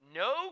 no